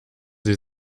sie